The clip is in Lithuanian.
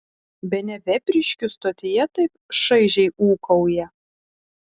bene vepriškių stotyje taip šaižiai ūkauja